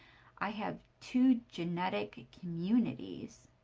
i have two genetic communities.